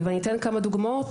ואני אתן כמה דוגמאות,